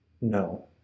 no